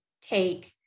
take